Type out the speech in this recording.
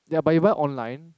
ya but you buy online